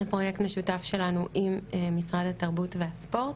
זה פרויקט משותף שלנו עם משרד התרבות והספורט.